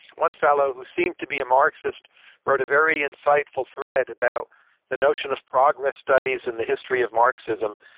one fellow who seemed to be a marxist wrote a very insightful thread about the notion of progress studies in the history of marxism,